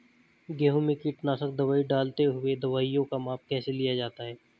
गेहूँ में कीटनाशक दवाई डालते हुऐ दवाईयों का माप कैसे लिया जाता है?